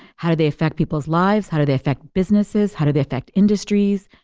how do they affect people's lives? how do they affect businesses? how do they affect industries?